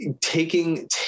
taking